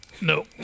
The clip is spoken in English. No